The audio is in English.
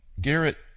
Garrett